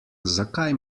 zakaj